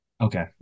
Okay